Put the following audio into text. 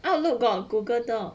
outlook got Google doc